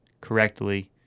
correctly